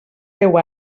deu